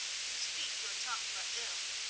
who speak your tongue but ill.